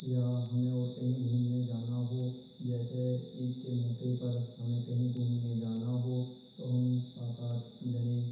یا ہمیں اور کہیں گھومنے جانا ہو جیسے عید کے موقع پر ہمیں گھومنے جانا ہو تو ہم سات آٹھ جنے